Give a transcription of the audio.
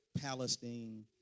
Palestine